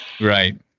right